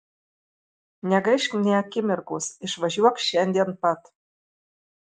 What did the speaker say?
negaišk nė akimirkos išvažiuok šiandien pat